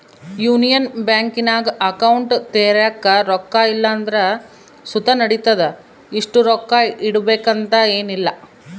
union ಬ್ಯಾಂಕಿನಾಗ account ತೆರ್ಯಾಕ ರೊಕ್ಕ ಇಲ್ಲಂದ್ರ ಸುತ ನಡಿತತೆ, ಇಷ್ಟು ರೊಕ್ಕ ಇಡುಬಕಂತ ಏನಿಲ್ಲ